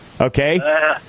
Okay